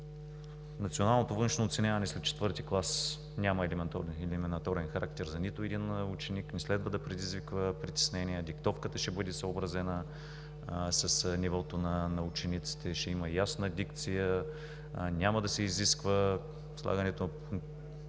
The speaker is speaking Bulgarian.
Националното външно оценяване след ІV клас няма елиминаторен характер за нито един ученик и не следва да предизвиква притеснения. Диктовката ще бъде съобразена с нивото на учениците, ще има ясна дикция, няма да се изисква слагането на пунктуационни